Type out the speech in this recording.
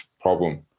problem